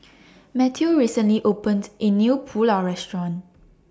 Mateo recently opened A New Pulao Restaurant